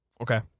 Okay